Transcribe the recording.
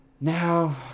Now